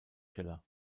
schiller